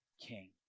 king